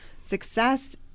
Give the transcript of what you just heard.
Success